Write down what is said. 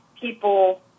people